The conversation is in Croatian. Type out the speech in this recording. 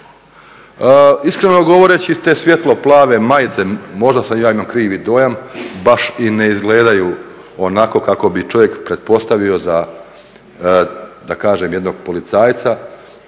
Iskreno govoreći te svijetlo plave majice, možda sad ja imam krivi dojam baš i ne izgledaju onako kako bi čovjek pretpostavio za da kažem jednog policajca.